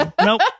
nope